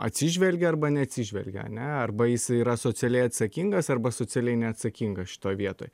atsižvelgia arba neatsižvelgia ane arba jis yra socialiai atsakingas arba socialiai neatsakingas šitoj vietoj